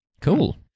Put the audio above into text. cool